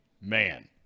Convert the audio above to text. man